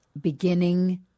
beginning